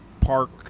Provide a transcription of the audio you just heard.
park